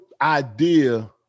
idea